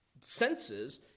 senses